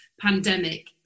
pandemic